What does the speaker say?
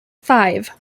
five